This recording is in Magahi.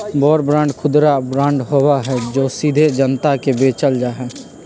वॉर बांड खुदरा बांड होबा हई जो सीधे जनता के बेचल जा हई